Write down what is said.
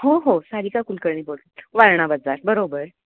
हो हो सारिका कुलकर्णी बोल वारणा बाजार बरोबर